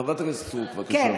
חברת הכנסת סטרוק, בבקשה.